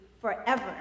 forever